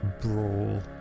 Brawl